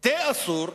תה, אסור.